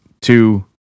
two